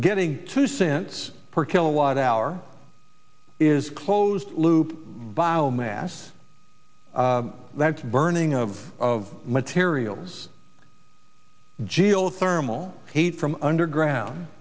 getting two cents per kilowatt hour is closed loop bio mass that's burning of materials geothermal heat from underground